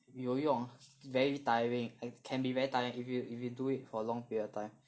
有用 very tiring can be very tiring if you if you do it for a long period of time